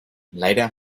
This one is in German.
leider